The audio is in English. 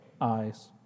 eyes